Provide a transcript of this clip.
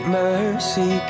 mercy